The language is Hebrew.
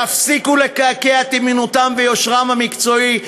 תפסיקו לקעקע את אמינותם ויושרם המקצועי,